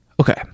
Okay